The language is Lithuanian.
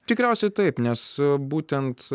tikriausiai taip nes būtent